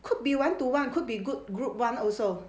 could be one to one could be good group one also